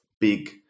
big